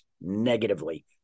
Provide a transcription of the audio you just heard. negatively